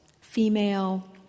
female